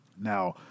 Now